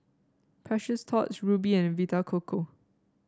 Precious Thots Rubi and Vita Coco